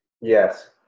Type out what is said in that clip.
Yes